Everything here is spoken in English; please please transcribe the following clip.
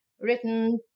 written